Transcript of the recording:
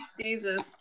Jesus